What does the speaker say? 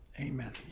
Amen